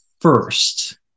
first